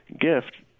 gift